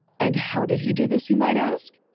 and how did he do this you might ask?